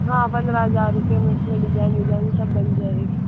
हाँ पन्द्रह हज़ार रुपये उसमें डिज़ाइन उज़ाइन सब बन जाएगी